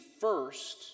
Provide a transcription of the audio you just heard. first